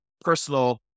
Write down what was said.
personal